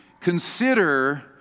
consider